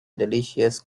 delicious